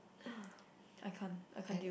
I can't I can't deal